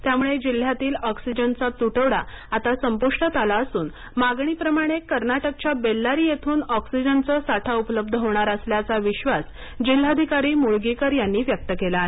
त्यामुळेजिल्ह्यातील ऑक्सीजनचा तुटवडा संपुष्टात आला असून मागणीप्रमाणे कर्नाटकच्या बेल्लारी येथून ऑक्सीजनचा साठा उपलब्ध होणार असल्याचा विश्वास जिल्हाधिकारी मुगळीकर यांनी व्यक्त केला आहे